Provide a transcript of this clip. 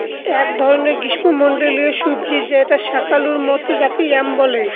এক ধরনের গ্রীস্মমন্ডলীয় সবজি যেটা শাকালুর মত তাকে য়াম বলে